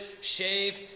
Shave